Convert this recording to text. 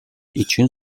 için